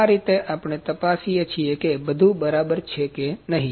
આ રીતે આપણે તપાસીએ છીએ કે બધું બરાબર છે કે નહીં